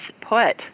put